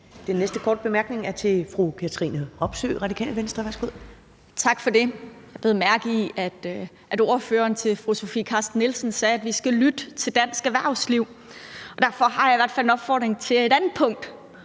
Den næste korte bemærkning er til fru Katrine Robsøe, Radikale Venstre. Værsgo. Kl. 11:24 Katrine Robsøe (RV) : Tak for det. Jeg bed mærke i, at ordføreren til fru Sofie Carsten Nielsen sagde, at vi skal lytte til dansk erhvervsliv. Derfor har jeg i hvert fald en opfordring til et andet punkt,